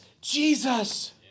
Jesus